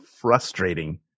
frustrating